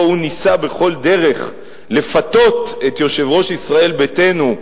שבו הוא ניסה בכל דרך לפתות את יושב-ראש ישראל ביתנו,